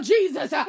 Jesus